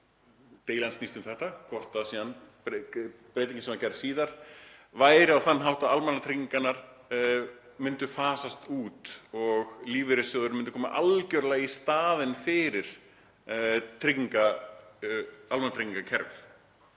deilan snýst um þetta, hvort breytingin sem var gerð síðar væri á þann hátt að almannatryggingarnar myndu fasast út og lífeyrissjóðir myndu koma algjörlega í staðinn fyrir almannatryggingakerfið.